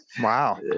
Wow